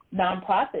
nonprofit